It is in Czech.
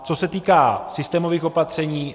Co se týká systémových opatření.